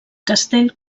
castell